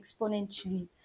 exponentially